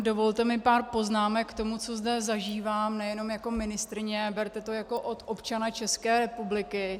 Dovolte mi jenom pár poznámek k tomu, co zde zažívám nejenom jako ministryně, berte to jako od občana České republiky.